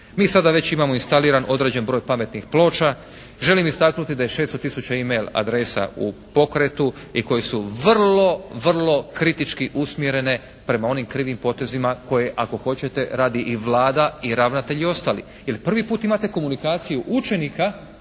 Mi sada već imamo instaliran određen broj pametnih ploča. Želim istaknuti da je 600 tisuća e-mail adresa u pokretu i koji su vrlo vrlo kritički usmjerene prema onim krivim potezima koje ako hoćete radi i Vlada i ravnatelj i ostali, jer prvi puta imate komunikaciju učenika